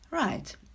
Right